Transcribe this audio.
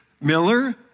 Miller